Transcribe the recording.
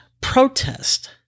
Protest